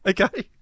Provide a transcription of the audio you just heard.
Okay